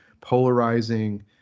polarizing